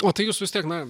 o tai jūs vis tiek na